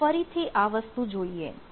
ફરીથી આ વસ્તુ જોઈએ